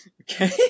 okay